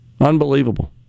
Unbelievable